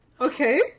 Okay